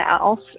else